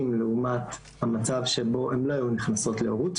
לעומת המצב שבו הן לא היו נכנסות להורות,